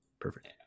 Perfect